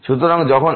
সুতরাং যখন x ≠ y2